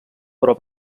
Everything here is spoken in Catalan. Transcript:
però